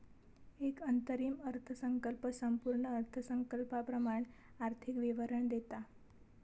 एक अंतरिम अर्थसंकल्प संपूर्ण अर्थसंकल्पाप्रमाण आर्थिक विवरण देता